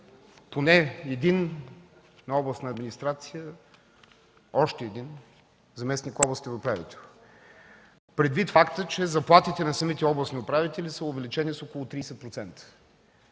поне един – на областна администрация, още един заместник-областен управител; предвид факта, че заплатите на самите областни управители са увеличени с около 30%